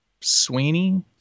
Sweeney